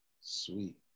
Sweet